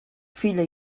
filla